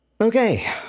Okay